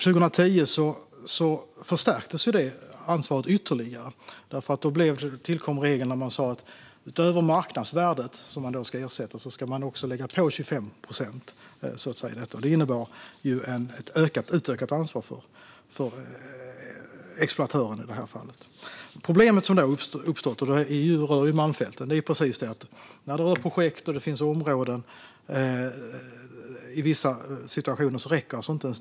År 2010 förstärktes detta ansvar ytterligare. Då tillkom en regel som sa att man utöver marknadsvärdet, som man ska ersätta, ska lägga på 25 procent. Detta innebar ett utökat ansvar för exploatören i detta fall. Problemet som har uppstått, som rör malmfälten, är att inte ens detta räcker i vissa situationer som rör vissa projekt och områden.